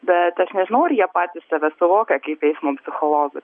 bet aš nežinau ar jie patys save suvokia kaip eismo psichologus